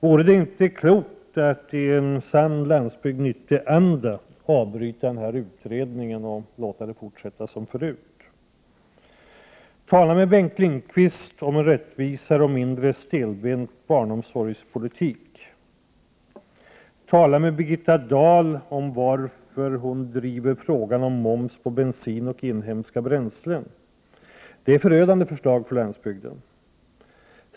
Vore det inte klokt att i en sann Landsbygd 90-anda avbryta utredningen och låta det fortsätta som förut? Tala med Bengt Lindqvist om rättvisare och mindre stelbent barnomsorgspolitik. Tala med Birgitta Dahl om varför hon driver frågan om moms på bensin och inhemska bränslen. Det är förödande förslag för landsbygden.